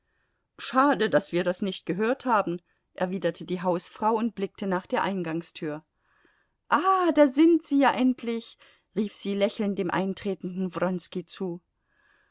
schade daß wir das nicht gehört haben erwiderte die hausfrau und blickte nach der eingangstür ah da sind sie ja endlich rief sie lächelnd dem eintretenden wronski zu